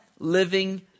Living